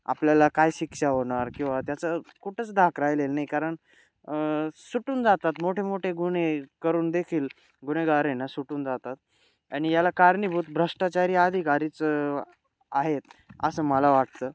आपल्याला काय शिक्षा होणार किंवा त्याचं कुठंच धाक राहिले नाही कारण सुटून जातात मोठेमोठे गुन्हे करूनदेखील गुन्हेगार आहेतना सुटून जातात आणि याला कारणीभूत भ्रष्टाचारी आधिकारीच आहेत असं मला वाटतं